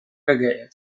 reggae